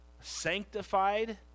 Sanctified